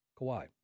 Kawhi